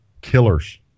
killers